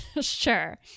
Sure